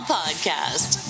podcast